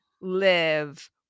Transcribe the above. live